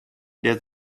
der